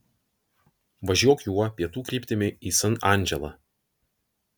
važiuok juo pietų kryptimi į san andželą